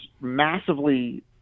massively –